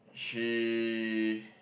she